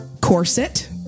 corset